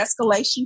escalation